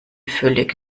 völlig